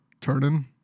turning